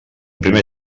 primer